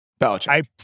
Belichick